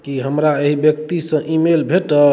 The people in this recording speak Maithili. की हमरा एहि व्यक्तिसँ ई मेल भेटल